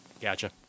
Gotcha